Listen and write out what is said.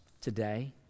today